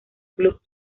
club